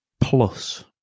plus